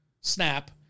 snap